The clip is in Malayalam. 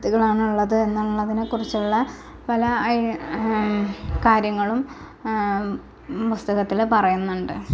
വിത്തുകളാണ് ഉള്ളത് എന്നതിനെ കുറിച്ചുള്ള കാര്യങ്ങളും പുസ്തകത്തിൽ പറയുന്നുണ്ട്